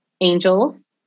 angels